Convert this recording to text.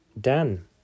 Dan